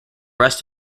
rest